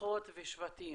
משפחות ושבטים.